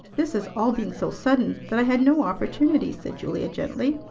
this has all been so sudden that i had no opportunity, said julia gently.